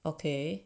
okay